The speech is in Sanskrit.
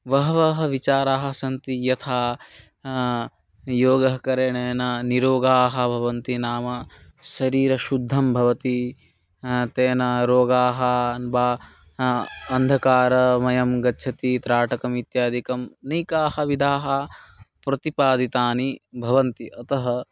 बहवः विचाराः सन्ति यथा योगकरणेन नीरोगाः भवन्ति नाम शरीरं शुद्धं भवति तेन रोगाः न बा अन्धकारे वयं गच्छन्ति त्राटकम् इत्यादिकं नैकाः विधाः प्रतिपादितानि भवन्ति अतः